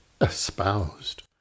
espoused